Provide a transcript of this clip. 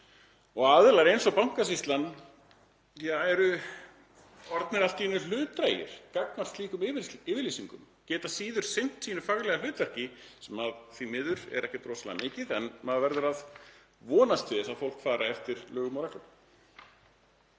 og aðilar eins og Bankasýslan eru allt í einu orðnir hlutdrægir gagnvart slíkum yfirlýsingum, geta síður sinnt sínu faglega hlutverki sem því miður er ekkert rosalega mikið. En maður verður að vonast til þess að fólk fari eftir lögum og reglum.